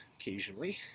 occasionally